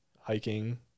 Hiking